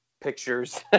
pictures